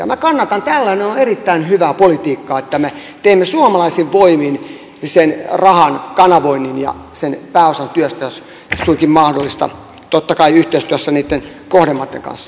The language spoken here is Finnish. minä kannatan tätä tällainen on erittäin hyvää politiikkaa että me teemme suomalaisin voimin sen rahan kanavoinnin ja pääosan työstä jos suinkin mahdollista totta kai yhteistyössä niitten kohdemaitten kanssa